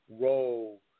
role